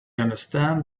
understand